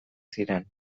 ziren